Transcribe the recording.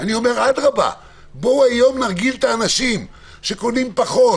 אני אומר בואו היום נרגיל את האנשים שקונים פחות,